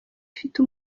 ifite